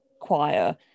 choir